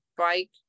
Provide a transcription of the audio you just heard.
bike